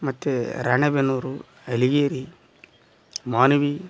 ಮತ್ತು ರಾಣಿಬೆನ್ನೂರು ಅಲಿಗೇರಿ ಮಾನ್ವಿ